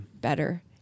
better